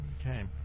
Okay